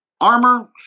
Armor